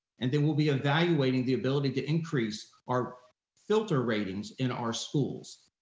and they will be evaluating the ability to increase our filter ratings in our schools.